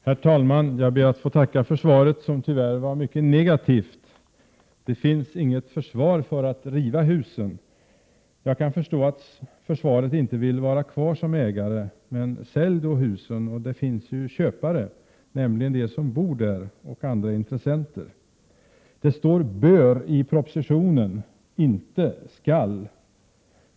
Herr talman! Jag ber att få tacka för svaret, som tyvärr var mycket negativt. Det finns inget försvar för att riva husen. Jag kan förstå att försvaret inte vill vara kvar som ägare, men sälj då husen! Det finns ju köpare, nämligen de som bor där och andra intressenter. Det står ”bör” i propositionen, inte ”skall”.